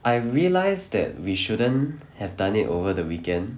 I realised that we shouldn't have done it over the weekend